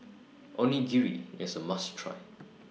Onigiri IS A must Try